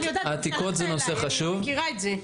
אני מכירה את זה.